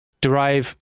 derive